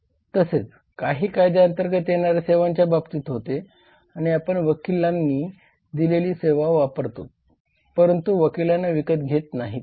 तसेच काही कायद्या अंर्तगत येणाऱ्या सेवांच्या बाबतीत होते आपण वकिलांनी दिलेली सेवा वापरतोत परंतु वकिलांना विकत घेत नाहीत